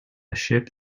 ship